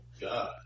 god